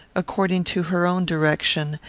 according to her own direction,